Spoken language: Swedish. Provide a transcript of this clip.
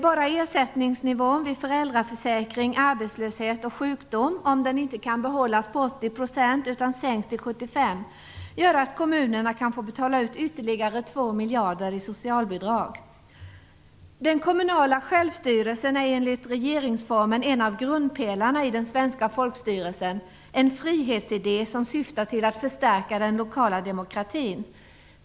Bara det att ersättningsnivån vid föräldraförsäkring, arbetslöshet och sjukdom inte kan behållas på 80 % utan sänks till 75 % gör att kommunerna kan få betala ut ytterligare Den kommunala självstyrelsen är enligt regeringsformen en av grundpelarna i den svenska folkstyrelsen, en frihetsidé som syftar till att förstärka den lokala demokratin.